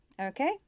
Okay